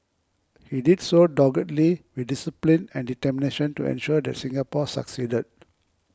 he did so doggedly with discipline and determination to ensure that Singapore succeeded